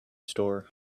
store